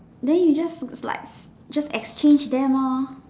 then you just like just exchange them lor